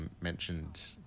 mentioned